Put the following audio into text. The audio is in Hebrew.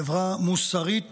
חברה מוסרית